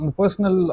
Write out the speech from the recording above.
personal